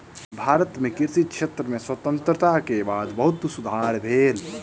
भारत मे कृषि क्षेत्र में स्वतंत्रता के बाद बहुत सुधार भेल